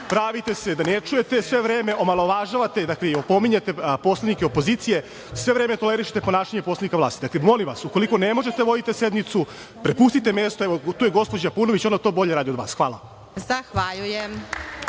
pravite se da ne čujete sve vreme, omalovažavate i opominjete poslanike opozicije. Sve vreme tolerišete ponašanje poslanika vlasti. Molim vas, ukoliko ne možete da vodite sednicu, prepustite mesto, tu je gospođa Paunović, ona to bolje radi od vas. **Elvira Kovač** Zahvaljujem. Po